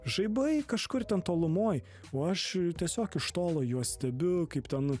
žaibai kažkur ten tolumoj o aš tiesiog iš tolo juos stebiu kaip ten